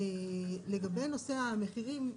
לגבי נושא המחירים,